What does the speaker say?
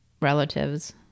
relatives